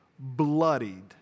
bloodied